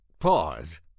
pause